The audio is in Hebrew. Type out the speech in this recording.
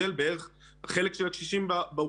בטבת התשפ"א,